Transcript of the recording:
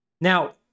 Now